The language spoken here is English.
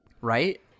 Right